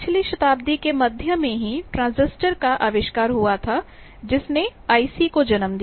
पिछली शताब्दी के मध्य में ही ट्रांजिस्टर का आविष्कार हुआ था जिसने आईसी IC को जन्म दिया